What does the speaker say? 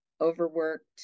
overworked